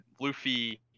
Luffy